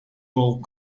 gold